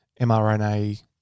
mRNA